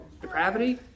depravity